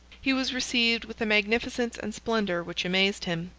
he was received with a magnificence and splendor which amazed him.